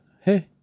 hey